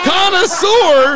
Connoisseur